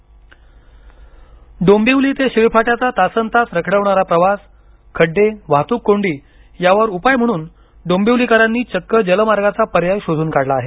जोखमीचा जलप्रवास डोंबिवली ते शिळफाट्याचा तासन् तास रखडवणारा प्रवास खड्डे वाहतूक कोंडी यावर उपाय म्हणून डोंबिवलीकरांनी चक्क जलमार्गाचा पर्याय शोधून काढला आहे